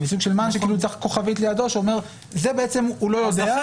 וסוג של מען שכאילו צריך כוכבית לידו שאומרת: זה בעצם הוא לא יודע.